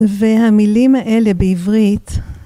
והמילים האלה בעברית